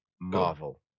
Marvel